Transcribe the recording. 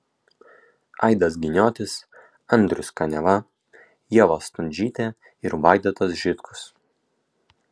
aidas giniotis andrius kaniava ieva stundžytė ir vaidotas žitkus